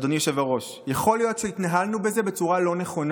אדוני היושב-ראש, שהתנהלנו בזה בצורה לא נכונה.